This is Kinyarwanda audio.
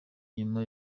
nyuma